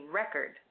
record